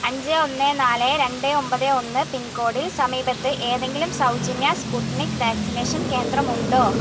അഞ്ച് ഒന്ന് നാല് രണ്ട് ഒൻപത് ഒന്ന് പിൻകോഡിൽ സമീപത്ത് ഏതെങ്കിലും സൗജന്യ സ്പുട്നിക് വാക്സിനേഷൻ കേന്ദ്രമുണ്ടോ